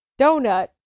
donut